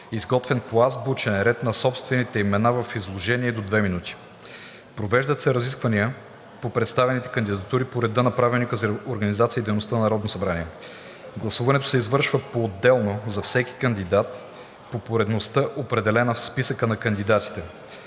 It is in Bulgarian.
изготвен по азбучен ред на собствените имена, в изложение до 2 минути. 4. Провеждат се разисквания по представените кандидатури по реда на Правилника за организацията и дейността на Народното събрание. 5. Гласуването се извършва поотделно за всеки кандидат по поредността, определена в списъка на кандидатите.